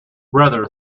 rather